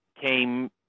came